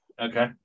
Okay